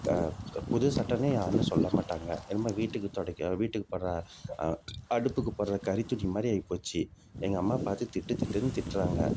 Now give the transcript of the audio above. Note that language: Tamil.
புது சட்டைனே யாரும் சொல்ல மாட்டாங்க என்னமோ வீட்டுக்கு துடைக்க வீட்டுக்கு போடுற அடுப்புக்கு போடுற கரித்துணி மாதிரி ஆகிப்போச்சி எங்கள் அம்மா பார்த்து திட்டு திட்டுன்னு திட்டுறாங்க